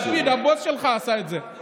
זה לפיד, הבוס שלך, עשה את זה.